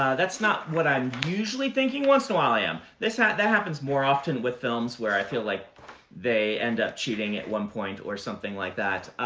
that's not what i'm usually thinking. once in a while i am. that that happens more often with films where i feel like they end up cheating at one point, or something like that.